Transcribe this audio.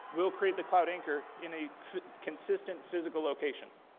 we'll create the cloud anchor in a consistent physical location.